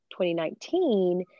2019